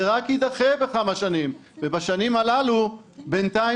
זה רק יידחה בכמה שנים ובשנים הללו בינתיים